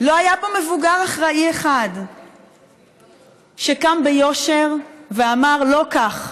לא היה פה מבוגר אחראי אחד שקם ביושר ואמר: לא כך.